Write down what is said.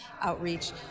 outreach